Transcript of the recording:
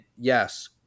yes